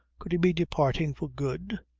could he be departing for good?